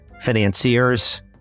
financiers